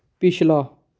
ਪਿਛਲਾ